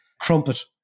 crumpet